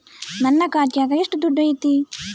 ನನ್ನ ಖಾತ್ಯಾಗ ಎಷ್ಟು ದುಡ್ಡು ಐತಿ?